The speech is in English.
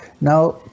Now